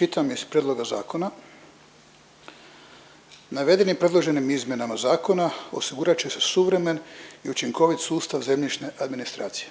čitam iz prvoga zakona, navedenim predloženim izmjenama zakona osigurat će se suvremen i učinkovit sustav zemljišne administracije.